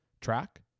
Track